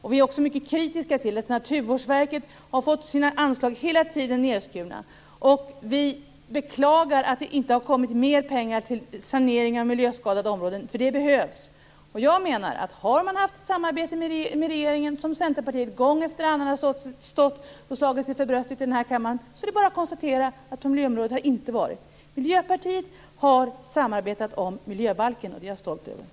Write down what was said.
Vi är också mycket kritiska till att Naturvårdsverket hela tiden har fått sina anslag nedskurna. Vi beklagar att det inte har avsatts mera pengar för sanering av miljöskadade områden, för det behövs. Centerpartiet har samarbetat med regeringen och har gång efter annan slagit sig för bröstet i den här kammaren, men det är bara att konstatera att det inte har skett på miljöområdet. Miljöpartiet har samarbetat om miljöbalken, och det är jag stolt över.